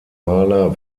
maler